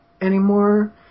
anymore